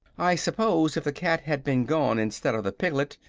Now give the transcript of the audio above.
i suppose, if the cat had been gone, instead of the piglet,